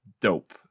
dope